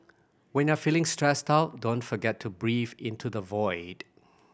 when you are feeling stressed out don't forget to breathe into the void